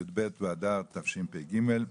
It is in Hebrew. י"ב באדר תשפ"ג.